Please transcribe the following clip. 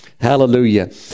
hallelujah